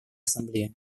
ассамблеи